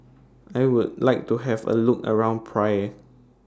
I Would like to Have A Look around Praia